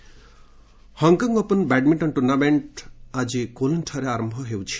badminton Hong Kong open badminton tournament ଆଜି କୋଲୁନ୍ଠାରେ ଆରମ୍ଭ ହେଉଛି